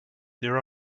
there